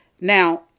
Now